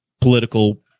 political